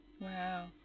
Wow